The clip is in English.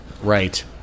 right